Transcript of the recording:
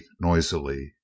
noisily